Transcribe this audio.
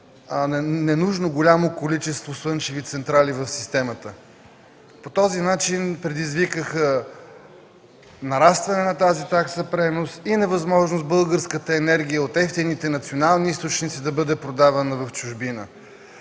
ненужно голямо количество слънчеви централи в системата. По този начин предизвикаха нарастване на тази такса „пренос” и невъзможност българската енергия от евтините национални източници да бъде продавана в чужбина.